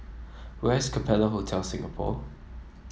where is Capella Hotel Singapore